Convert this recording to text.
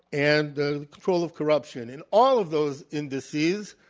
and the control of corruption in all of those indices,